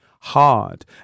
hard